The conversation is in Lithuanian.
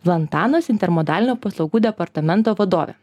vlantanas intermodalinio paslaugų departamento vadovė